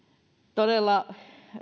todella